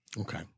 Okay